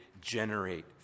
generate